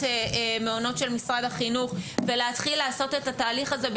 מעונות של משרד החינוך ולהתחיל לעשות את התהליך הזה,